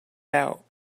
out